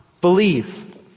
believe